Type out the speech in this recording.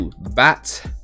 Bat